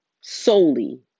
solely